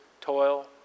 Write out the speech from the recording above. toil